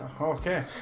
Okay